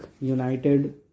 United